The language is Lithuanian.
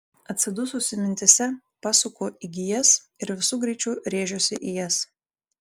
atsidususi mintyse pasuku į gijas ir visu greičiu rėžiuosi į jas